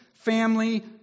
family